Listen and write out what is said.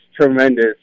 tremendous